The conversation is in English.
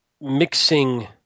mixing